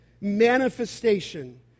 manifestation